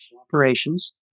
operations